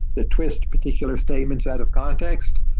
the twist particular statements out of context.